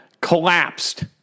collapsed